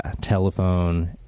telephone